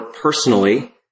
personally